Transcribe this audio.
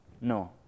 No